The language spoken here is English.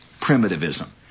primitivism